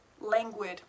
languid